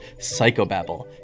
psychobabble